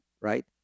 right